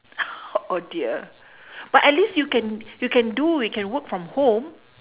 oh dear but at least you can you can do you can work from home